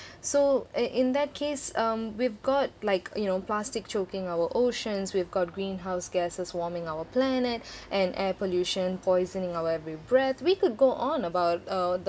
so in in that case um we've got like you know plastic choking our oceans we've got greenhouse gases warming our planet and air pollution poisoning our every breath we could go on about uh the